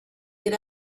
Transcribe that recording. get